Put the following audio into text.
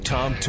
Tom